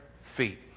feet